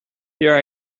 here